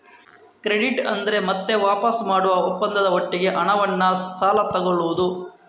credit ಅಂದ್ರೆ ಮತ್ತೆ ವಾಪಸು ಮಾಡುವ ಒಪ್ಪಂದದ ಒಟ್ಟಿಗೆ ಹಣವನ್ನ ಸಾಲ ತಗೊಳ್ಳುದು